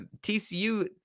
TCU